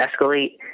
escalate